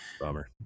Bummer